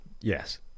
Yes